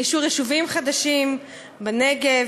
לאישור יישובים חדשים בנגב,